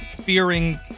fearing